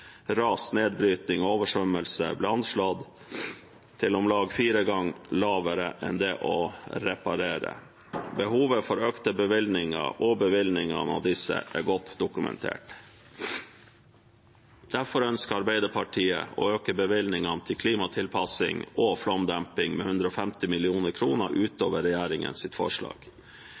ras, nedbrytning og oversvømmelse ble anslått til om lag fire ganger lavere enn kostnadene ved å reparere. Behovet for økte bevilgninger og betydningen av disse er godt dokumentert. Derfor ønsker Arbeiderpartiet å øke bevilgningene til klimatilpassing og flomdemping med 150 mill. kr utover regjeringens forslag.